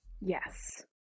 Yes